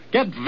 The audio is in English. Get